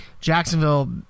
Jacksonville